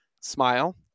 Smile